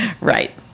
Right